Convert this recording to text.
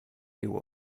you